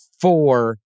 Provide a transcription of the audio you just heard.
four